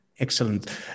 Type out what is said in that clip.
Excellent